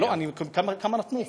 נתנו לי?